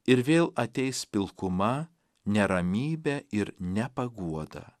ir vėl ateis pilkuma ne ramybė ir ne paguoda